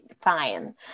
fine